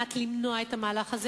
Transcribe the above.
מדבר,